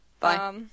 Bye